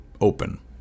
open